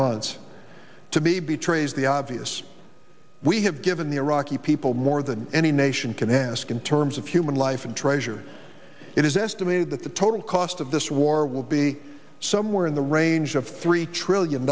months to be betrays the obvious we have given the iraqi people more than any nation can ask in terms of human life and treasure it is estimated that the total cost of this war will be somewhere in the range of three trillion